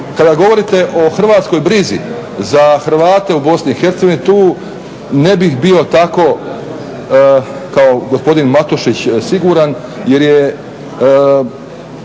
kada govorite o hrvatskoj brizi za Hrvate u Bosni i Hercegovini tu ne bih bio tako kao gospodin Matušić siguran jer je